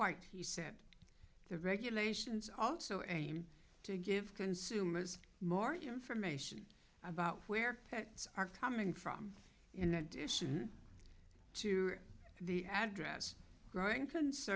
white he said the regulations also aim to give consumers more information about where pets are coming from in addition to the address growing